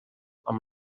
amb